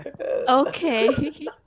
Okay